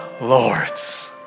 Lords